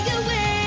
away